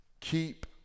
Keep